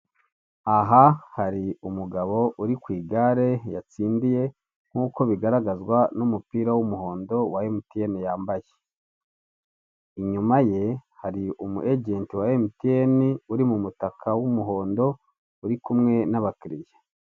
Aha hari umugabo uri ku igare yatsindiye nk'uko bigaragazwa n'umupira w'umuhondo wa MTN yambaye, inyuma ye hari umu agent wa MTN uri mu mutaka w'umuhondo uri kumwe n'abakiriya.